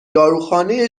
داروخانه